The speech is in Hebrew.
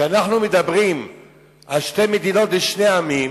כשאנחנו מדברים על שתי מדינות לשני עמים,